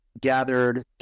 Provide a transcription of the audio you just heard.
gathered